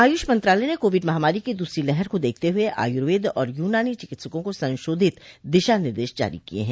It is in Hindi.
आयुष मंत्रालय ने कोविड महामारी की दूसरी लहर को देखते हुए आयुर्वेद और यूनानी चिकित्सकों को संशोधित दिशा निर्देश जारी किए हैं